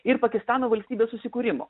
ir pakistano valstybės susikūrimo